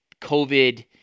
COVID